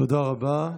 תודה רבה.